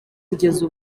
kugeza